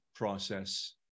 process